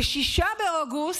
ב-6 באוגוסט,